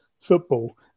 football